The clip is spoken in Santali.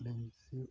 ᱞᱤᱧ ᱥᱤᱭᱳᱜ